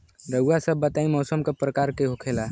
रउआ सभ बताई मौसम क प्रकार के होखेला?